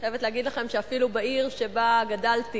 אני חייבת להגיד לכם שאפילו בעיר שבה גדלתי,